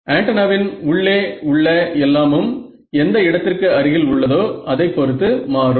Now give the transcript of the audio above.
ஆன்டென்னாவின் உள்ளே உள்ள எல்லாமும் எந்த இடத்திற்கு அருகில் உள்ளதோ அதைப் பொறுத்து மாறும்